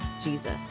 Jesus